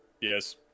Yes